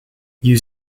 you